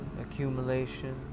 accumulation